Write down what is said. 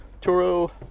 Toro